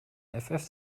effeff